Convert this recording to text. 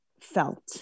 felt